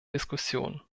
diskussion